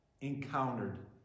encountered